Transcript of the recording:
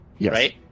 right